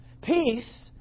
Peace